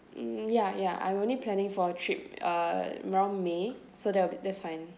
mm ya ya I'm only planning for a trip uh around may so there'll be that's fine